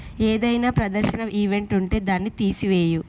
ఏదైనా ప్రదర్శన ఈవెంట్ ఉంటే దాన్ని తీసివేయు